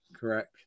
correct